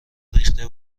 ریخته